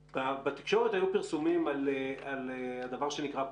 בתקשורת היום פרסומים על דבר שנקרא פולינג.